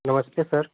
नमस्ते सर